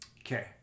Okay